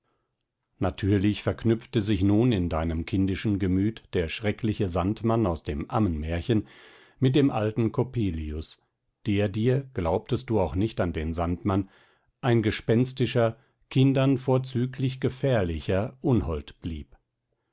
natürlich verknüpfte sich nun in deinem kindischen gemüt der schreckliche sandmann aus dem ammenmärchen mit dem alten coppelius der dir glaubtest du auch nicht an den sandmann ein gespenstischer kindern vorzüglich gefährlicher unhold blieb